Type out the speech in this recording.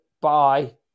bye